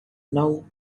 now